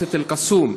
ממועצת אל-קסום.